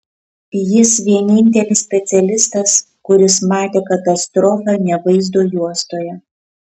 jis vienintelis specialistas kuris matė katastrofą ne vaizdo juostoje